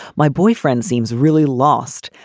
my boyfriend seems really lost.